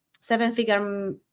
seven-figure